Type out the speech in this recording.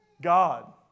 God